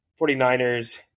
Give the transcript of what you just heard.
49ers